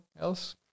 else